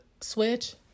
switch